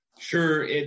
Sure